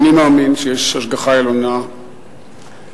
אני מאמין שיש השגחה עליונה בעולמנו.